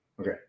Okay